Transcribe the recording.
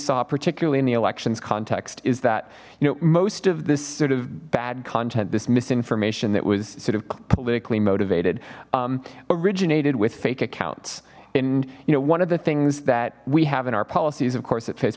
saw particularly in the elections context is that you know most of this sort of bad content this misinformation that was sort of politically motivated originated with fake accounts and you know one of the things that we have in our policy is of course at